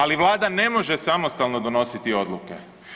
Ali vlada ne može samostalno donositi odluke.